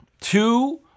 Two